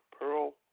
Pearl